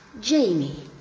Jamie